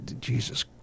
Jesus